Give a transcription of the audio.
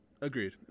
Agreed